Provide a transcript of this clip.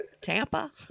Tampa